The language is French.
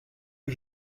que